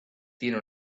tiene